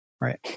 Right